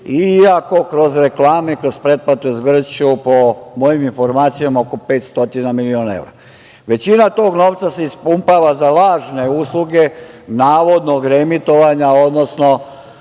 iako kroz reklame, kroz pretplatu zgrću, po mojim informacijama, oko 500 miliona evra. Većina tog novca se ispumpava za lažne usluge, navodnog reemitovanja, odnosno